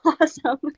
awesome